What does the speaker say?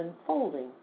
unfolding